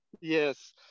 Yes